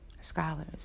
Scholars